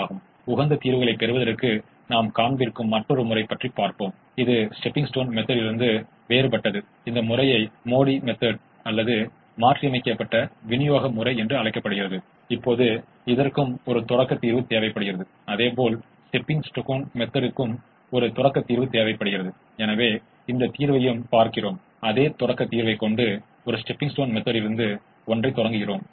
ஆகவே உகந்த அளவுகோல் தேற்றம் எனப்படும் மற்றொரு முடிவைப் பார்க்கிறோம் இது இரண்டாவது முடிவு இது முதன்மை மற்றும் இரட்டை ஆகியவை புறநிலை செயல்பாட்டின் அதே மதிப்பைக் கொண்டு சாத்தியமான தீர்வுகளைக் கொண்டிருந்தால் இரண்டுமே முறையே முதன்மை மற்றும் இரட்டைக்கு உகந்தவை